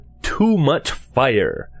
TooMuchFire